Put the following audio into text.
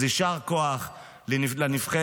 אז יישר כוח לנבחרת,